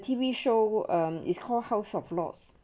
T_V show is called house of loss